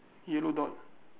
yellow dot